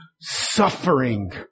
suffering